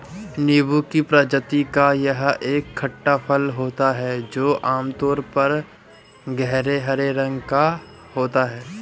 नींबू की प्रजाति का यह एक खट्टा फल होता है जो आमतौर पर गहरे हरे रंग का होता है